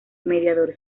mediador